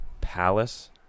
Palace